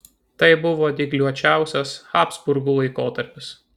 tai buvo dygliuočiausias habsburgų laikotarpis